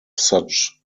such